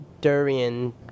Durian